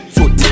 Foot